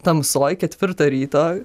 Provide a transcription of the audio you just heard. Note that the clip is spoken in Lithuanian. tamsoj ketvirtą ryto